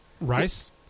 Rice